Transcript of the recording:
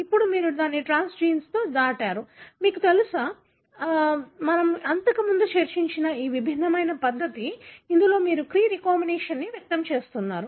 ఇప్పుడు మీరు దానిని ట్రాన్స్జీన్తో దాటారు మీకు తెలుసా మనము ఇంతకు ముందు చర్చించిన ఈ విభిన్న పద్ధతి ఇందులో మీరు క్రీ రీకంబినేస్ని వ్యక్తం చేస్తున్నారు